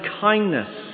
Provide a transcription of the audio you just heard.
kindness